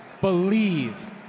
believe